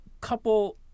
couple